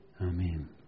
Amen